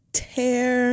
tear